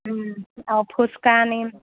অঁ ফুচকা আনিম